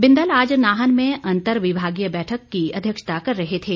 बिंदल आज नाहन में अंतरविभागीय बैठक की अध्यक्षता कर रहे थे